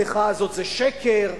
המחאה הזאת זה שקר.